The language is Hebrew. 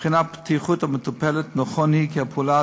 מבחינת בטיחות המטופלת נכון הוא כי הפעולה